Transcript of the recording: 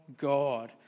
God